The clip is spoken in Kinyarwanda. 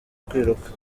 kwiruka